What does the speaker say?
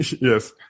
yes